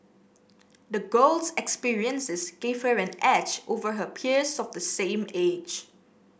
the girl's experiences gave her an edge over her peers of the same age